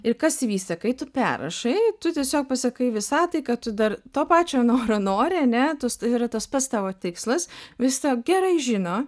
ir kas įvyksta kai tu perrašai tu tiesiog pasakai visatai kad tu dar to pačio noro nori ane tai yra tas pats tavo tikslas visata gerai žino